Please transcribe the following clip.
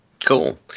Cool